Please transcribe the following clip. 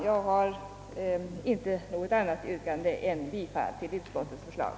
Jag har inte något annat yrkande än bifall till utskottets förslag.